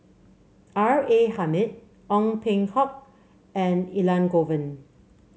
R A Hamid Ong Peng Hock and Elangovan